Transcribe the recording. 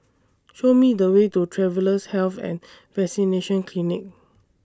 Show Me The Way to Travellers' Health and Vaccination Clinic